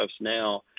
now